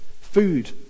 food